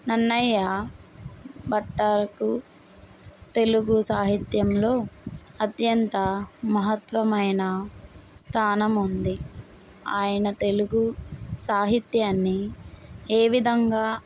నన్నయ్య బట్టాకు తెలుగు సాహిత్యంలో అత్యంత మహత్వమైన స్థానం ఉంది ఆయన తెలుగు సాహిత్యాన్ని ఏ విధంగా